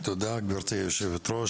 תודה, גברתי היושבת-ראש.